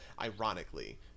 ironically